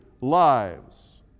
lives